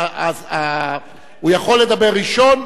הוא יכול לדבר ראשון,